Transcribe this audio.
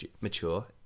mature